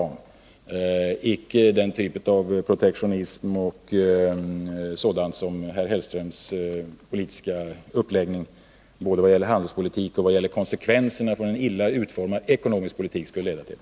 Då kan vi inte ha den typ av protektionism och annat sådant som herr Hellströms politiska uppläggning av handelspolitiken och hans illa utformade ekonomiska politik skulle leda till.